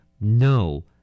No